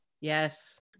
Yes